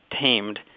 tamed